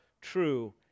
true